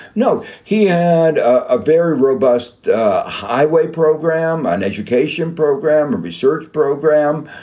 no. he had a very robust highway program, an education program or research program.